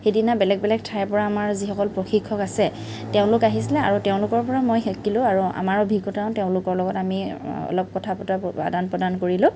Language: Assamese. সিদিনা বেলেগ বেলেগ ঠাইৰপৰা আমাৰ যিসকল প্ৰশিক্ষক আছে তেওঁলোক আহিছিলে আৰু তেওঁলোকৰপৰা মই শিকিলোঁ আৰু আমাৰ অভিজ্ঞতাও তেওঁলোকৰ লগত আমি অলপ কথা পতা আদান প্ৰদান কৰিলোঁ